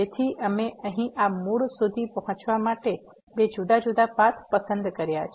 તેથી અમે અહીં આ મૂળ સુધી પહોંચવા માટે બે જુદા જુદા પાથ પસંદ કર્યા છે